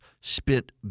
spent